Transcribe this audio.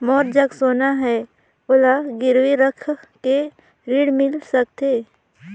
मोर जग सोना है ओला गिरवी रख के ऋण मिल सकथे?